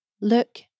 Look